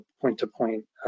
point-to-point